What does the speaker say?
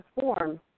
form